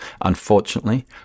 unfortunately